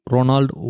Ronald